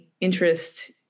interest